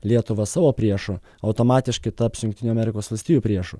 lietuvą savo priešu automatiškai taps jungtinių amerikos valstijų priešu